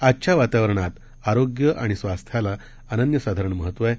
आजच्या वातावरणात आरोग्य आणि स्वास्थ्याला अनन्यसाधारण महत्व आहे